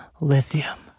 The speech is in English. lithium